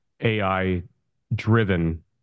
AI-driven